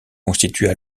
constituent